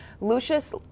lucius